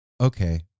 okay